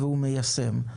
והוא מיישם.